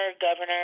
governor